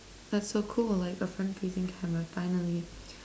that's so cool like a front facing camera finally